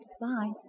Bye